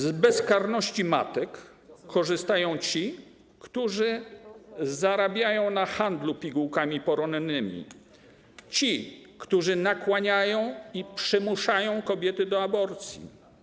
Z bezkarności matek korzystają ci, którzy zarabiają na handlu pigułkami poronnymi, ci, którzy nakłaniają i przymuszają kobiety do aborcji.